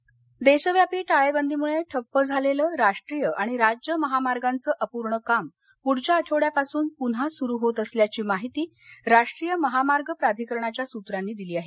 महामार्ग देशव्यापी टाळेबंदीमुळे ठप्प झालेलं राष्ट्रीय आणि राज्य महामार्गांचं अपूर्ण काम पुढच्या आठवड्यापासून पुन्हा सुरु होत असल्याची माहिती राष्ट्रीय महामार्ग प्राधिकरणाच्या सुत्रांनी दिली आहे